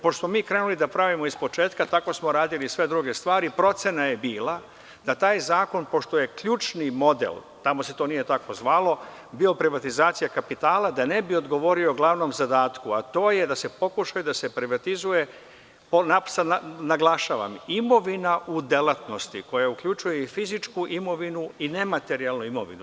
Pošto smo krenuli da pravimo iz početka, tako smo radili i sve druge stvari, procena je bila da taj zakon, pošto je ključni model, tamo se to nije tako zvalo, bio privatizacija kapitala, da ne bi odgovorio glavnom zadatku, a to je da pokuša i da se privatizuje, naglašavam, imovina u delatnosti koja uključuje i fizičku imovinu i nematerijalnu imovinu.